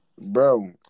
Bro